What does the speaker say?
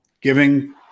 giving